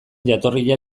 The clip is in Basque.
jatorria